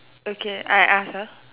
okay I ask ah